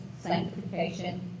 sanctification